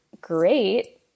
great